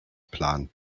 planen